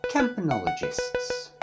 Campanologists